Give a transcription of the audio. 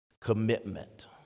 Commitment